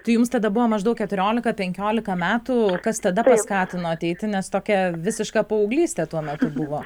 tai jums tada buvo maždaug keturiolika penkiolika metų kas tada paskatino ateiti nes tokia visiška paauglystė tuomet buvo